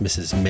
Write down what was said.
Mrs